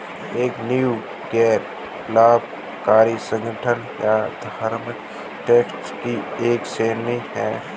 एक नींव गैर लाभकारी संगठन या धर्मार्थ ट्रस्ट की एक श्रेणी हैं